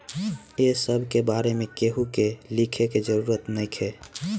ए सब के बारे में केहू के लिखे के जरूरत नइखे